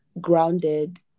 grounded